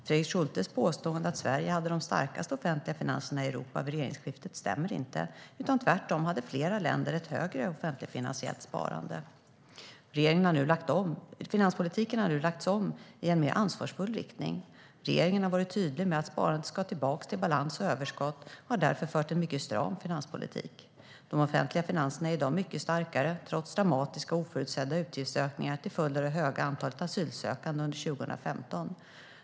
Fredrik Schultes påstående att Sverige hade de starkaste offentliga finanserna i Europa vid regeringsskiftet stämmer inte, utan tvärtom hade flera länder ett högre offentligfinansiellt sparande. Finanspolitiken har nu lagts om i en mer ansvarsfull riktning. Regeringen har varit tydlig med att sparandet ska tillbaka till balans och överskott och har därför fört en mycket stram finanspolitik. De offentliga finanserna är i dag mycket starkare, trots dramatiska och oförutsedda utgiftsökningar till följd av det höga antalet asylsökande under 2015.